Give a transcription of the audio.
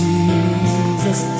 Jesus